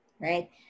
Right